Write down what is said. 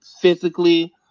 physically